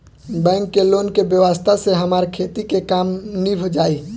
bank के loan के व्यवस्था से हमार खेती के काम नीभ जाई